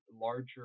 larger